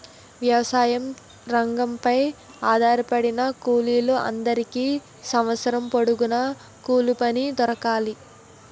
వ్యవసాయ రంగంపై ఆధారపడిన కూలీల అందరికీ సంవత్సరం పొడుగున కూలిపని దొరకాలి